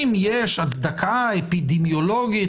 אם יש הצדקה אפידמיולוגית,